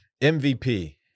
MVP